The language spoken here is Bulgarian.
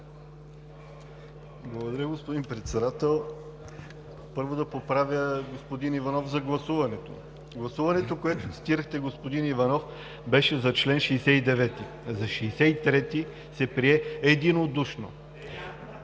Благодаря, господин Председател. Първо, да поправя господин Иванов за гласуването. Гласуването, което цитирахте, господин Иванов, беше за чл. 69. За чл. 63 се прие единодушно.